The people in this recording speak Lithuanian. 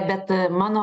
bet mano